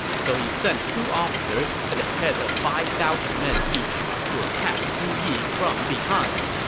so he sent two officers at the head of five thousand men each to attack zhu yi from behind.